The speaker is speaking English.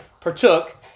partook